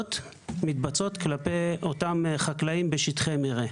החקלאיות מתבצעות כלפי אותם חקלאים בשטחי המרעה,